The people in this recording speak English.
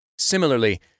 Similarly